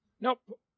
Nope